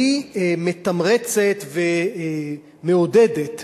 שמתמרצת ומעודדת